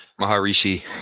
Maharishi